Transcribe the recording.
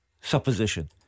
supposition